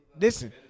Listen